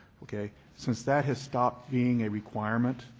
okay. since that has stopped being a requirement,